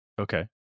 Okay